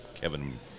Kevin